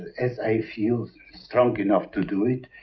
as i feel strong enough to do it,